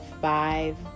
five